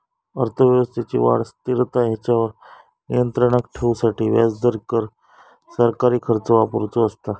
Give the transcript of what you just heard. अर्थव्यवस्थेची वाढ, स्थिरता हेंच्यावर नियंत्राण ठेवूसाठी व्याजदर, कर, सरकारी खर्च वापरुचो असता